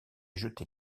jeter